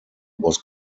was